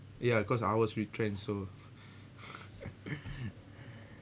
ya cause I was retrenched so